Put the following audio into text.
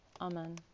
Amen